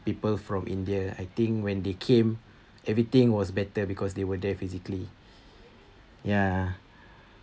people from india I think when they came everything was better because they were there physically ya